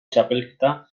txapelketa